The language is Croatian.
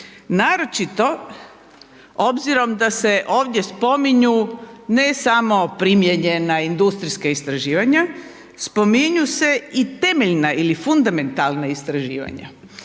naročito obzirom da se ovdje spominju ne samo primijenjena, industrijska istraživanja. Spominju se i temeljna ili fundamentalna istraživanja.